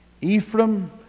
Ephraim